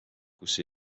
kus